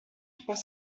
trois